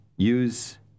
Use